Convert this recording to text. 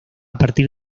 partir